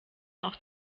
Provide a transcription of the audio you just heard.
auch